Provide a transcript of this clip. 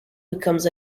becomes